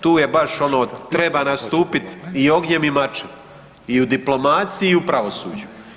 Tu baš ono treba nastupit i ognjem i mačem i u diplomaciji i u pravosuđu.